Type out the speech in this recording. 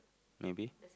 maybe